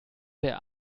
der